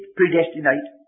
predestinate